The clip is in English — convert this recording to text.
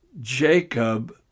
Jacob